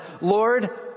Lord